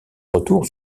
retour